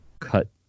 cut